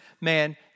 man